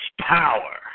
power